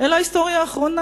אלא בהיסטוריה האחרונה.